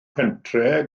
pentre